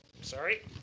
sorry